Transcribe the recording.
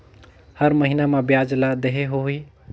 हर महीना मा ब्याज ला देहे होही?